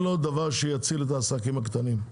זה לא הדבר שיציל את העסקים הקטנים,